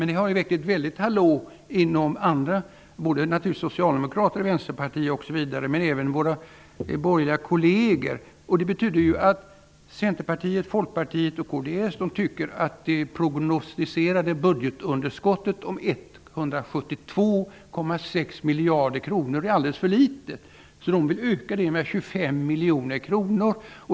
Det har väckt ett väldigt hallå hos Socialdemokraterna och Vänterpartiet, och även bland våra borgerliga kolleger. Centerpartiet, Folkpartiet och kds tycker att det prognostiserade budgetunderskottet om 172,6 miljarder kronor är alldeles för litet, så de vill öka det med 25 miljoner kronor.